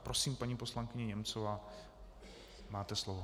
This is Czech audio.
Prosím, paní poslankyně Němcová, máte slovo.